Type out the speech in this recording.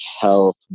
health